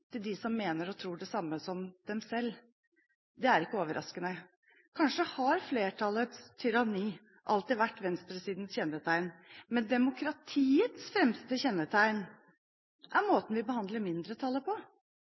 til dem som mener og tror det samme som dem selv. Det er ikke overraskende. Kanskje har flertallets tyranni alltid vært venstresidens kjennetegn. Men demokratiets fremste kjennetegn er måten vi behandler mindretallet på.